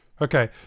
Okay